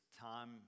time